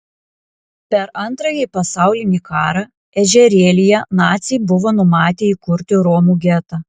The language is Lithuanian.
per antrąjį pasaulinį karą ežerėlyje naciai buvo numatę įkurti romų getą